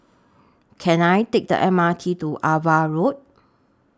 Can I Take The M R T to AVA Road